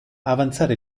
avanzare